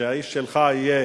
שהאיש שלך יהיה